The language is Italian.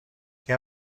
che